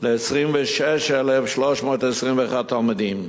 ל-26,321 תלמידים.